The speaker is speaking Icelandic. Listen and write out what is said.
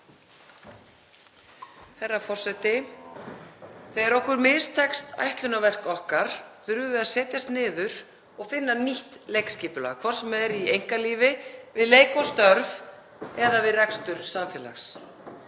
Herra forseti. Þegar okkur mistekst ætlunarverk okkar þurfum við að setjast niður og finna nýtt leikskipulag, hvort sem er í einkalífi, við leik og störf eða við rekstur samfélags.